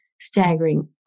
staggering